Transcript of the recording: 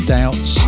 Doubts